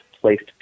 placed